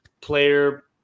player